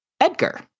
Edgar